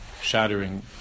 shattering